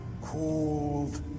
called